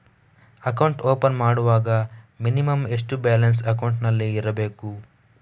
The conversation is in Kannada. ಅಕೌಂಟ್ ಓಪನ್ ಮಾಡುವಾಗ ಮಿನಿಮಂ ಎಷ್ಟು ಬ್ಯಾಲೆನ್ಸ್ ಅಕೌಂಟಿನಲ್ಲಿ ಇರಬೇಕು?